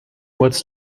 what’s